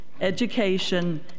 education